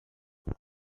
yari